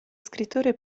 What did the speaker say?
scrittore